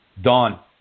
Don